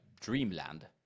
dreamland